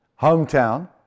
hometown